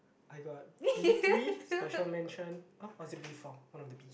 I got B-three special mention ah or is it B-four one of the Bs